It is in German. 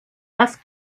das